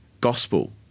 gospel –